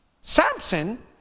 Samson